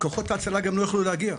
כוחות ההצלה גם לא יוכלו להגיע.